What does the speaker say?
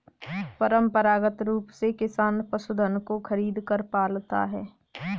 परंपरागत रूप से किसान पशुधन को खरीदकर पालता है